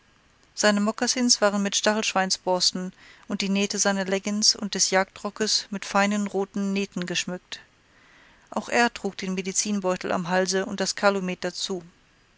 seine mokassins waren mit stachelschweinsborsten und die nähte seiner leggins und des jagdrockes mit feinen roten nähten geschmückt auch er trug den medizinbeutel am halse und das kalumet dazu